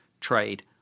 trade